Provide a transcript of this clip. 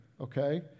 okay